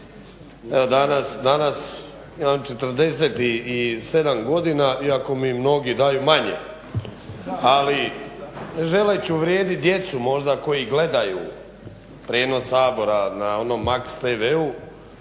istupima. Danas imam 47 godina iako mi mnogi daju manje. Ali ne želeći uvrijediti djecu možda koji gledaju prijenos Sabora na onom MAX-tv.